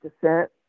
descent